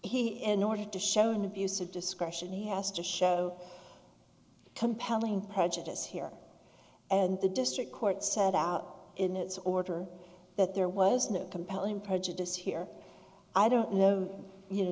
he in order to show an abuse of discretion he has to show compelling prejudice here and the district court set out in its order that there was no compelling prejudice here i don't know